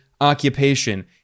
occupation